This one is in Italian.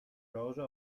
rosa